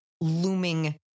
looming